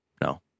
no